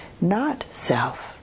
not-self